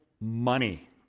money